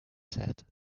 said